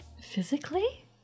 Physically